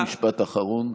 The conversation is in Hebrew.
רק משפט אחרון,